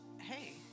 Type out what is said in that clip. hey